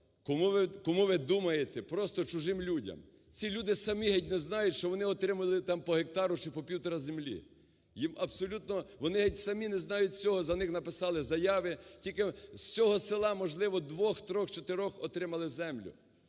Кому ви думаєте? Просто чужим людям, ці люди самі геть не знають, що вони отримали там по гектару чи по півтора землі, вони геть самі не знають цього, за них написали заяви. Тільки з цього села, можливо, двох, трьох, чотирьох отримали землю